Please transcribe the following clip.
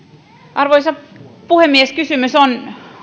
arvoisa puhemies kysymys on